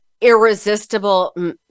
irresistible